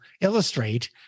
illustrate